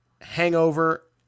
hangover